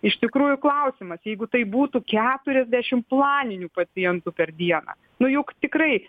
iš tikrųjų klausimas jeigu tai būtų keturiasdešim planinių pacientų per dieną nu juk tikrai